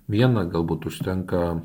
vieną galbūt užtenka